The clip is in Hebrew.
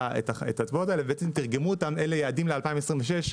האצבעות האלה ותרגמו אותם אל יעדים ל-2026,